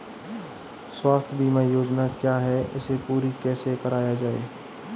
स्वास्थ्य बीमा योजना क्या है इसे पूरी कैसे कराया जाए?